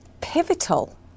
Pivotal